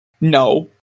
No